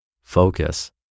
Focus